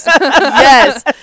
yes